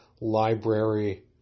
library